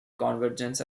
convergence